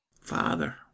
father